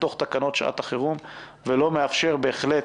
תוך תקנות שעת החירום ולא מאפשר בהחלט,